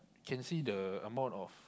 can see the amount of